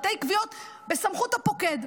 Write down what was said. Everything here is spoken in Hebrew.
תתי-קביעות שבסמכות הפוקד.